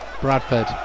Bradford